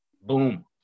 boom